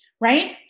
right